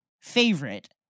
favorite